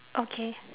okay